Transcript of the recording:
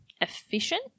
efficient